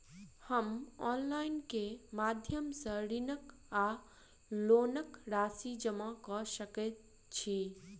हम ऑनलाइन केँ माध्यम सँ ऋणक वा लोनक राशि जमा कऽ सकैत छी?